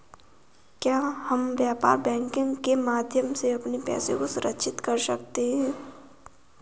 क्या हम व्यापार बैंकिंग के माध्यम से अपने पैसे को सुरक्षित कर सकते हैं?